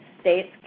States